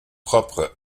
propre